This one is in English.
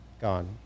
gone